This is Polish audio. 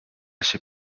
się